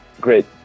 Great